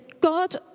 God